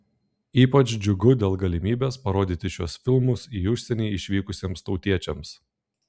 ypač džiugu dėl galimybės parodyti šiuos filmus į užsienį išvykusiems tautiečiams